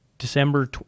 December